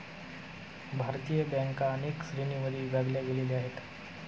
भारतीय बँका अनेक श्रेणींमध्ये विभागल्या गेलेल्या आहेत